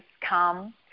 come